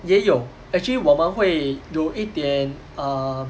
也有 actually 我们会有一点 err